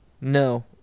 no